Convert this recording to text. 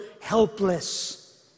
helpless